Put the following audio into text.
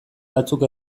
batzuk